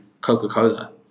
coca-cola